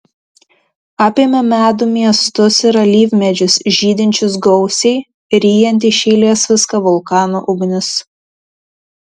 apėmė medų miestus ir alyvmedžius žydinčius gausiai ryjanti iš eilės viską vulkano ugnis